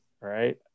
right